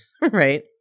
Right